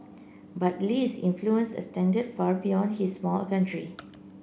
but Lee's influence extended far beyond his small country